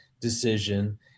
decision